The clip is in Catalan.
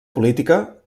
política